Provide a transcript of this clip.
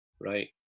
right